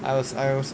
I was I was